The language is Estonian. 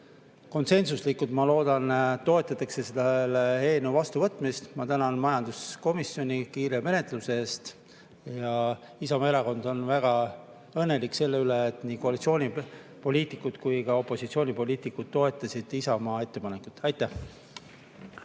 konsensuslikult, ma loodan, toetatakse selle eelnõu vastuvõtmist. Ma tänan majanduskomisjoni kiire menetluse eest. Isamaa Erakond on väga õnnelik selle üle, et nii koalitsioonipoliitikud kui ka opositsioonipoliitikud toetasid Isamaa ettepanekut. Aitäh!